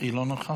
היא לא נוכחת.